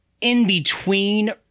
in-between